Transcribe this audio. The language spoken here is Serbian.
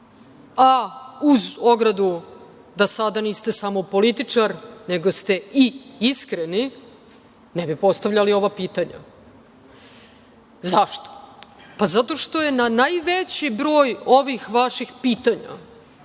a uz ogradu da sada niste samo političar nego ste i iskreni, ne bi postavljali ova pitanja.Zašto? Zato što je na najveći broj ovih vaših pitanja